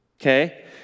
okay